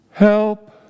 Help